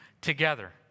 together